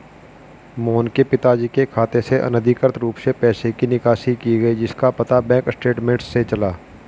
मोहन के पिताजी के खाते से अनधिकृत रूप से पैसे की निकासी की गई जिसका पता बैंक स्टेटमेंट्स से चला